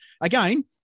Again